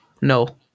No